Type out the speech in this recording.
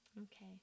Okay